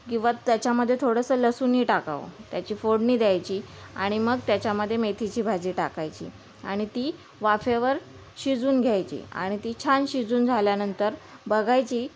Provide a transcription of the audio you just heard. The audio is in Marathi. किंवा त्याच्यामध्ये थोडंसं लसूणही टाकावं त्याची फोडणी द्यायची आणि मग त्याच्यामध्ये मेथीची भाजी टाकायची आणि ती वाफेवर शिजवून घ्यायची आणि ती छान शिजून झाल्यानंतर बघायची